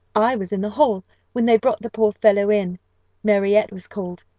i was in the hall when they brought the poor fellow in marriott was called.